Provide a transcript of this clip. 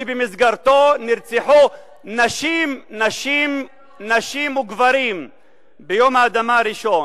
שבמסגרתו נרצחו נשים וגברים ביום האדמה הראשון,